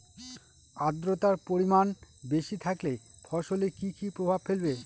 আদ্রর্তার পরিমান বেশি থাকলে ফসলে কি কি প্রভাব ফেলবে?